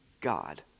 God